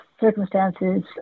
circumstances